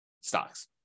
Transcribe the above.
stocks